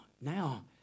now